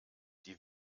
die